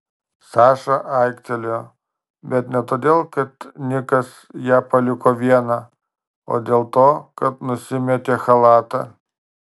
saša aiktelėjo bet ne todėl kad nikas ją paliko vieną o dėl to kad nusimetė chalatą